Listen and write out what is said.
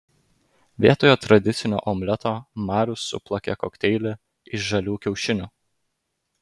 vietoje tradicinio omleto marius suplakė kokteilį iš žalių kiaušinių